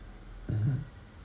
mmhmm